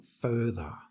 further